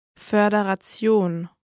Föderation